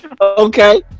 Okay